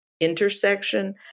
intersection